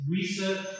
research